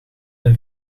hij